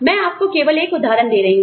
मैं आपको केवल एक उदाहरण दे रही हूं